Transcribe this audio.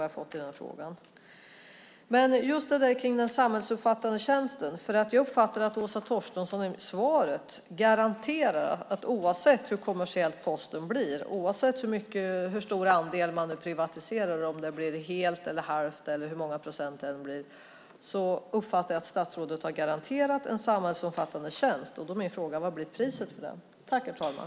Jag skulle därför vilja få ett förtydligande i den frågan. Jag uppfattar att Åsa Torstensson i svaret garanterar en samhällsomfattande posttjänst oavsett hur kommersiell Posten blir och oavsett hur stor andel - hela, halva eller en del - man privatiserar. Vad blir priset för den?